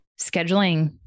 scheduling